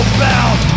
bound